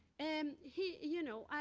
and he you know,